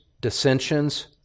dissensions